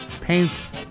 paints